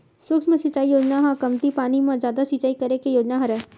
सुक्ष्म सिचई योजना ह कमती पानी म जादा सिचई करे के योजना हरय